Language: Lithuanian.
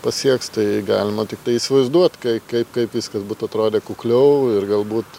pasieks tai galima tiktai įsivaizduot kai kaip kaip viskas būtų atrodė kukliau ir galbūt